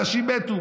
אנשים מתו.